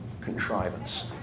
contrivance